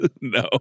No